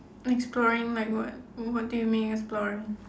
exploring like what or what do you mean exploring